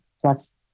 plus